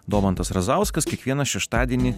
domantas razauskas kiekvieną šeštadienį